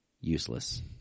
useless